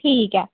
ठीक ऐ